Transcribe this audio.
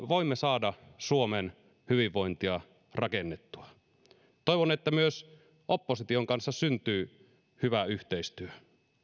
voimme saada suomen hyvinvointia rakennettua toivon että myös opposition kanssa syntyy hyvä yhteistyö